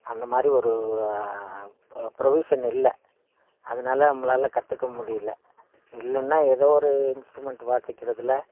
அந்த மாதிரி ஒரு ப்ரொவ்யூஷன் இல்லை அதனால் நம்மளால் கற்றுக்க முடியல இல்லைன்னா ஏதோ ஒரு இன்ஸ்ட்ரூமெண்ட் வாசிக்கிறதுல